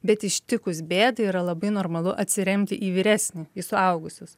bet ištikus bėdai yra labai normalu atsiremti į vyresnį į suaugusius